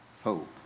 hope